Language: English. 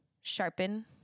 sharpen